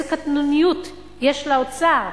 איזו קטנוניות יש לאוצר.